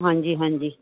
ਹਾਂਜੀ ਹਾਂਜੀ